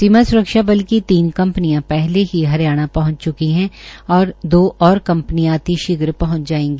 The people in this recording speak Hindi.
सीमा सुरक्षा बल की तीन कंपनियां पहले ही हरियाणा पहुंच च्की है और दो और कंपनियां अति शीघ्र पहंच जायेगी